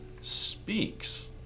speaks